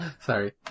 sorry